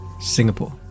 Singapore